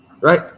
Right